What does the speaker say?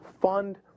fund